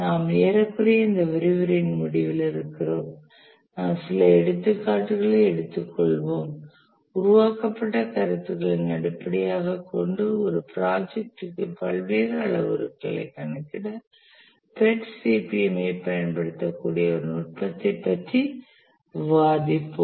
நாம் ஏறக்குறைய இந்த விரிவுரையின் முடிவில் இருக்கிறோம் நாம் சில எடுத்துக்காட்டுகளை எடுத்துக்கொள்வோம் உருவாக்கப்பட்ட கருத்துக்களை அடிப்படையாகக் கொண்டு ஒரு ப்ராஜெக்டுக்கு பல்வேறு அளவுருக்களைக் கணக்கிட PERT CPM ஐப் பயன்படுத்தக்கூடிய ஒரு நுட்பத்தைப் பற்றி விவாதிப்போம்